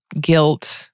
guilt